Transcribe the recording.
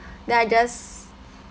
then I just